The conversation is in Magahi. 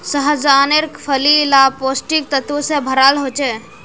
सह्जानेर फली ला पौष्टिक तत्वों से भराल होचे